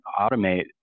automate